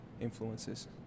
influences